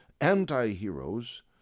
anti-heroes